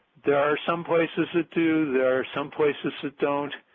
there are some places that do, there are some places that don't,